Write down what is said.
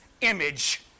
image